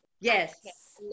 Yes